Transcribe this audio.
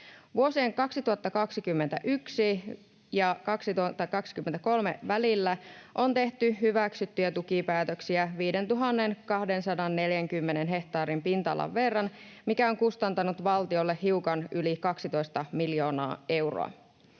Vuosien 2021—2023 välillä on tehty hyväksyttyjä tukipäätöksiä 5 240 hehtaarin pinta-alan verran, mikä on kustantanut valtiolle hiukan yli 12 miljoonaa euroa.